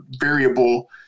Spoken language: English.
variable